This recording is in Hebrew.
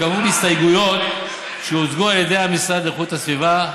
בכפוף להסתייגויות שהוצגו על ידי המשרד לאיכות הסביבה.